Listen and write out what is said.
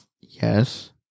Yes